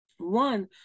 one